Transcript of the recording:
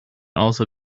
also